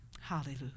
Hallelujah